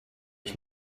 ich